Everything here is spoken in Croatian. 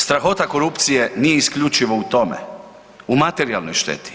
Strahota korupcije nije isključivo u tome u materijalnoj šteti.